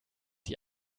die